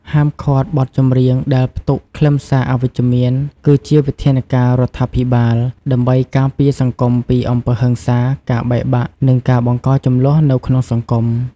ហាមឃាត់បទចម្រៀងដែលផ្ទុកខ្លឹមសារអវិជ្ជមាន គឺជាវិធានការរដ្ឋាភិបាល ដើម្បីការពារសង្គមពីអំពើហិង្សា ការបែកបាក់ និងការបង្កជម្លោះនៅក្នុងសង្គម។